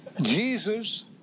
Jesus